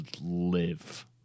live